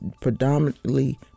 predominantly